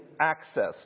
access